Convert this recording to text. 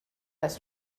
has